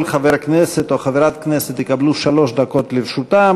כל חבר כנסת או חברת כנסת יקבלו שלוש דקות לרשותם,